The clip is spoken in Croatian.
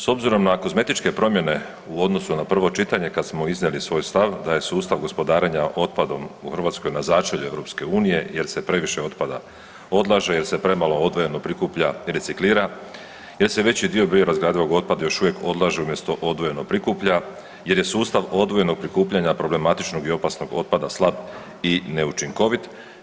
S obzirom na kozmetičke promjene u odnosu na prvo čitanje kad smo iznijeli svoj stav da je sustav gospodarenja otpadom u Hrvatskoj na začelju EU jer se previše otpada odlaže, jer se premalo odvojeno prikuplja i reciklira, jer se veći dio biorazgradivog otpada još uvijek odlaže umjesto odvojeno prikuplja, jer je sustav odvojenog prikupljanja problematičnog i opasnog otpada slab i učinkovit.